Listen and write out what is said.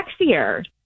sexier